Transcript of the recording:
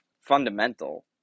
fundamental